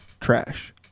Trash